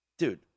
Dude